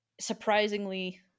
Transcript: surprisingly